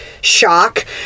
shock